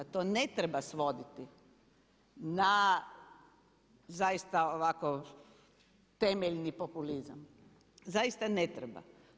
To ne treba svoditi na zaista ovako temeljni populizam, zaista ne treba.